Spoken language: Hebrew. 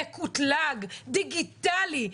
מקוטלג, דיגיטלי,